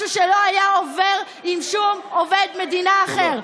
משהו שלא היה עובר עם שום עובד מדינה אחר.